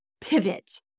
pivot